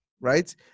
right